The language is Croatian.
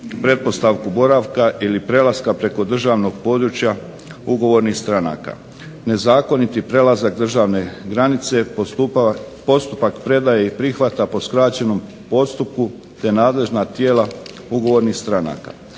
pretpostavku boravka ili prelaska preko državnog područja ugovornih stranaka, nezakoniti prelazak državne granice, postupak predaje i prihvata po skraćenom postupku te nadležna tijela ugovornih stranaka.